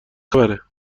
خبره